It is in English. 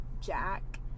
Jack